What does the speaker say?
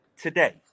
today